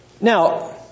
Now